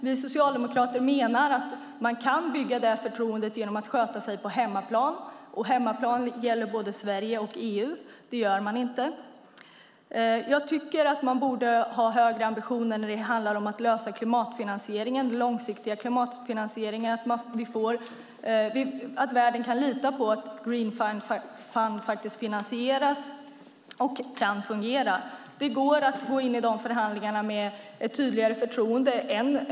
Vi socialdemokrater menar att man kan bygga det förtroendet genom att sköta sig på hemmaplan, och när jag säger hemmaplan menar jag både Sverige och EU. Det gör man inte. Jag tycker att man borde ha högre ambitioner när det handlar om att lösa den långsiktiga klimatfinansieringen, att världen kan lita på att Green Fund faktiskt finansieras och kan fungera. Det går att gå in i de förhandlingarna med ett tydligare förtroende.